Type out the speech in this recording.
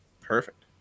Perfect